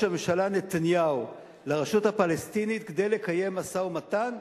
הממשלה נתניהו לרשות הפלסטינית כדי לקיים משא-ומתן?